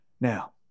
Now